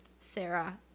Sarah